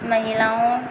महिलाओं